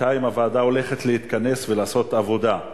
בינתיים הוועדה הולכת להתכנס ולעשות עבודה.